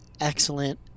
excellent